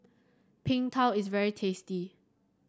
Png Tao is very tasty